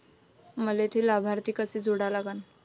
मले थे लाभार्थी कसे जोडा लागन?